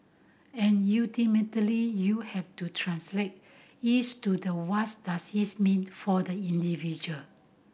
and ultimately you have to translate each to the what does it mean for the individual